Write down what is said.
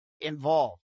involved